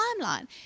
timeline